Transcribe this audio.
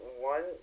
One